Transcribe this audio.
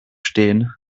stehen